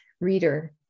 reader